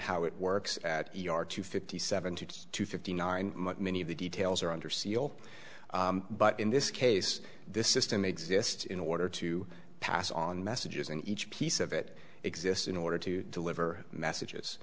how it works at e r two fifty seven to two fifty nine many of the details are under seal but in this case this system exists in order to pass on messages and each piece of it exists in order to deliver messages